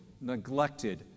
neglected